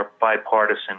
bipartisan